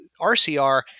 rcr